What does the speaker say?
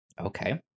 Okay